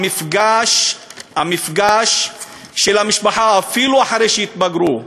המפגש של המשפחה אפילו אחרי שהתבגרו.